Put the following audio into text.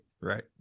right